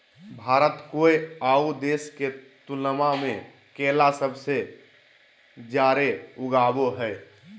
भारत कोय आउ देश के तुलनबा में केला सबसे जाड़े उगाबो हइ